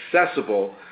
accessible